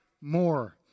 more